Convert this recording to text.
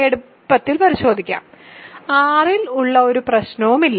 എളുപ്പത്തിൽ പരിശോധിക്കാം R ൽ ഉള്ള ഒരു പ്രശ്നവുമില്ല